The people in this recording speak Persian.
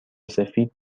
سفید